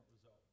result